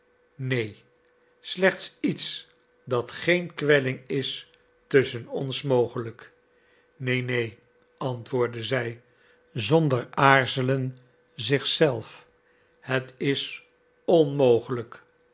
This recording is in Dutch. geluk neen slechts iets dat geen kwelling is tusschen ons mogelijk neen neen antwoordde zij zonder aarzelen zich zelf het is onmogelijk